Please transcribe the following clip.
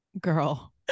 Girl